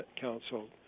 Council